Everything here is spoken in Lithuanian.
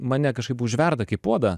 mane kažkaip užverda kai puodą